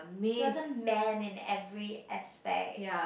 he wasn't man in every aspect